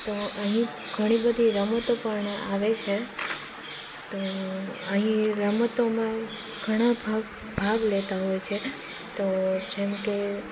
તો અહીં ઘણી બધી રમતો પણ આવે છે તો અહીં રમતોમાં ઘણાં ભાગ લેતાં હોય છે તો જેમ કે